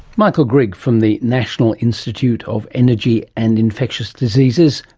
michael grigg from the national institute of energy and infectious diseases,